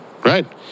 Right